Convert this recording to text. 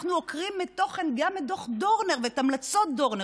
אנחנו מעקרים מתוכן גם את דוח דורנר ואת המלצות דורנר,